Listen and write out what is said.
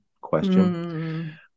question